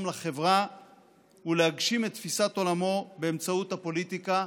לחברה ולהגשים את תפיסת עולמו באמצעות הפוליטיקה,